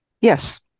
Yes